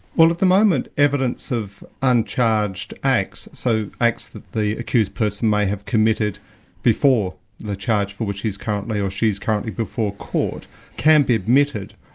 well at the moment, evidence of uncharged acts so acts that the accused person may have committed before the charge for which he's currently, or she's currently before court can be admitted.